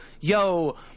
yo